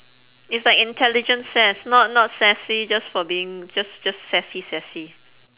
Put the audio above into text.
it's like intelligent sass not not sassy just for being just just sassy sassy